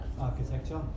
Architecture